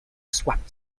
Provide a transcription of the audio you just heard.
swapped